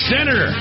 Center